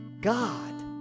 God